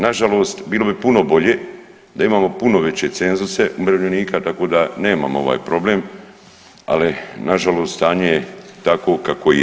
Nažalost bilo bi puno bolje da imamo puno veće cenzuse umirovljenika tako da nemamo ovaj problem, ali nažalost stanje je takvo kakvo je.